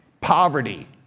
poverty